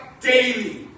daily